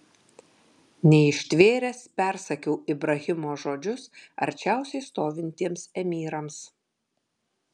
neištvėręs persakiau ibrahimo žodžius arčiausiai stovintiems emyrams